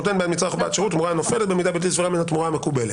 נותן בעד מצרך תמורה הנופלת במידה בלתי סבירה מן התמורה המקובלת.